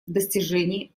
достижении